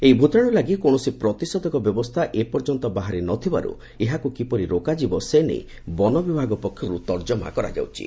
ଏହି ଭ୍ତାଶୁ ଲାଶି କୌଣସି ପ୍ରତିଷେଧକ ବ୍ୟବସ୍ଥା ଏପର୍ଯ୍ୟନ୍ତ ବାହାରି ନ ଥିବାରୁ ଏହାକୁ କିପରି ରୋକାଯିବ ସେ ନେଇ ବନବିଭାଗ ପକ୍ଷରୁ ତର୍ଜମା କରାଯାଉଛି